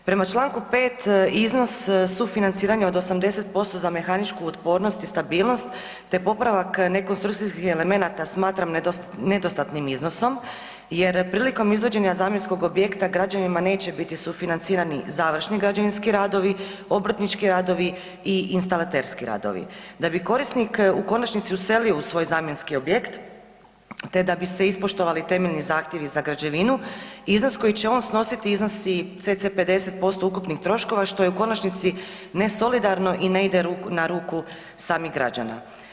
Prema čl. 5. iznos sufinanciranja od 80% za mehaničku otpornost i stabilnost te popravak nekonstrukcijskih elemenata smatram nedostatnim iznosom jer prilikom izvođenja zamjenskog objekta, građanima neće biti sufinancirani završni građevinski radovi, obrtnički radovi i instalaterski radovi da bi korisnik u konačnici uselio u svoj zamjenski objekt te da bi se ispostavili temeljni zahtjevi za građevinu iznos koji će on snositi cc 50% ukupnih troškova što je u konačnici nesolidarno i ne ide na ruku samih građana.